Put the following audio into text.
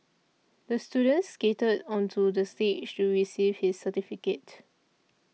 the student skated onto the stage to receive his certificate